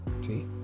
See